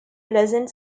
pleasant